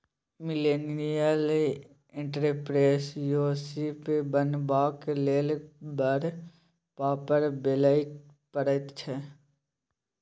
millennial entrepreneurship बनबाक लेल बड़ पापड़ बेलय पड़ैत छै